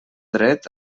dret